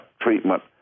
treatment